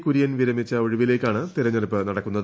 കുര്യൻ വിരമിച്ച ഒഴിവിലേക്കാണ് തെരഞ്ഞെടുപ്പ് നടക്കുന്നത്